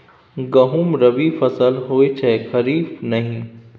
गहुम रबी फसल होए छै खरीफ नहि